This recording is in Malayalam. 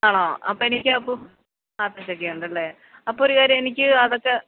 ആണോ അപ്പം എനിക്ക് അപ്പം ആത്തച്ചക്കയുണ്ടല്ലേ അപ്പം ഒരു കാര്യം എനിക്ക് അതെക്കെ